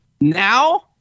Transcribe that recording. Now